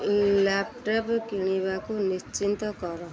laptop କିଣିବାକୁ ନିଶ୍ଚିତ କର